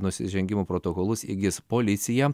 nusižengimų protokolus įgis policija